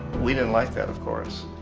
we didn't like that of course.